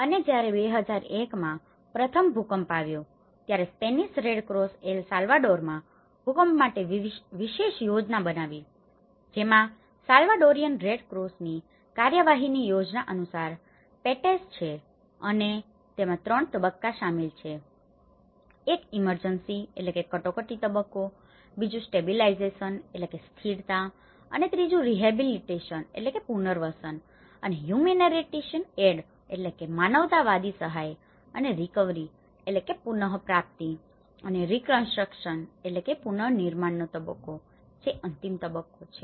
અને જ્યારે 2001 માં પ્રથમ ભૂકંપ આવ્યો ત્યારે સ્પેનિશ રેડ ક્રોસે એલ સાલ્વાડોરમાં ભૂકંપ માટે વિશેષ યોજના બનાવી છે જેમાં સાલ્વાડોરિયન રેડ ક્રોસની કાર્યવાહીની યોજના અનુસાર PETES છે અને તેમાં ત્રણ તબક્કાઓ શામેલ છે એક ઇમર્જન્સીemergencyકટોકટી તબક્કો છે સ્ટેબીલાઈઝેશનstabilizationસ્થિરતા અને રીહેબીલીટેશનrehabilitationપુનર્વસન અને હ્યુમેનીટેરીયન એઇડhumanitarian aid માનવતાવાદી સહાય અને રિકવરીrecoveryપુનપ્રાપ્તિ અને રીકન્સ્ટ્રકશનreconstructionપુનર્નિર્માણનો તબક્કો જે અંતિમ તબક્કો છે